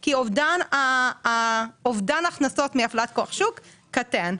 כי אובדן ההכנסות מהפעלת כוח השוק קטן.